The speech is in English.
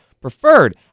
preferred